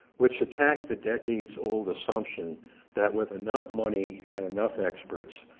which attack the decades old assumption that with enough money and enough experts,